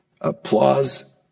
applause